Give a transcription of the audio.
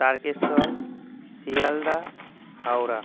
Tarakeswar Sealdah Howrah